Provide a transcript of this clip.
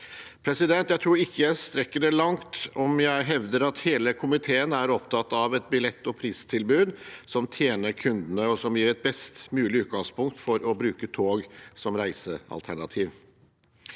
Jeg tror ikke jeg strekker det langt om jeg hevder at hele komiteen er opptatt av et billett- og pristilbud som tjener kundene, og som gir et best mulig utgangspunkt for å bruke tog som reisealternativ.